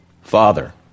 Father